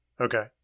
Okay